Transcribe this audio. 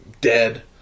dead